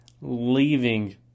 leaving